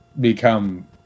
become